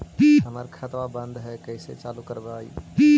हमर खतवा बंद है कैसे चालु करवाई?